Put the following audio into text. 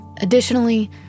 Additionally